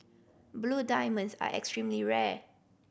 blue diamonds are extremely rare